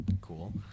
Cool